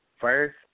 first